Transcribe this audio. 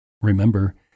Remember